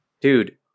dude